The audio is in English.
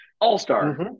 All-star